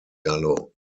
gallo